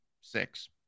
six